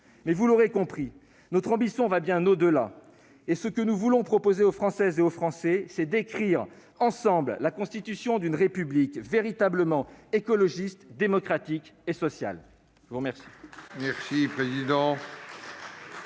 Mais, vous l'aurez compris, notre ambition va bien au-delà. Ce que nous voulons proposer aux Françaises et aux Français, c'est d'écrire ensemble la constitution d'une République véritablement écologiste, démocratique et sociale ! La parole